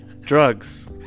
drugs